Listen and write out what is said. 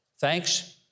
Thanks